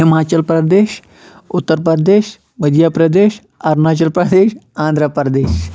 Himachal Pradesh Uttar Pradesh Madhya Pradesh Arunachal Pradesh Andhra Pradesh